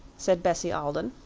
said bessie alden.